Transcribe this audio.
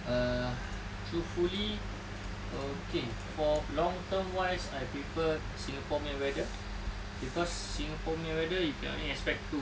err truthfully okay for long term wise I prefer singapore punya weather cause singapore punya weather you can only expect two